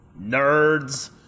Nerds